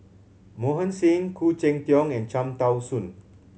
Mohan Singh Khoo Cheng Tiong and Cham Tao Soon